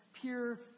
pure